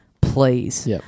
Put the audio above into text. please